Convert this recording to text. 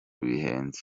bihenze